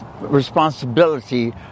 responsibility